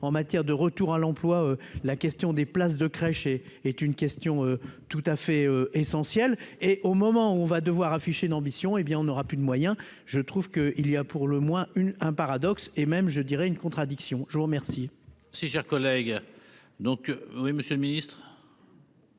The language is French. en matière de retour à l'emploi, la question des places de crèche et est une question tout à fait essentiel et au moment où on va devoir afficher d'ambition, hé bien on aura plus de moyens, je trouve que il y a pour le moins une un paradoxe et même je dirais une contradiction, je vous remercie. Si cher collègue, donc oui, Monsieur le Ministre.